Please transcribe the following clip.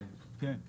כן.